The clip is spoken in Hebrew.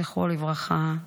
זכרו לברכה,